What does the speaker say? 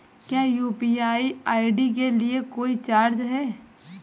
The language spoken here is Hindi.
क्या यू.पी.आई आई.डी के लिए कोई चार्ज है?